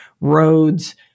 roads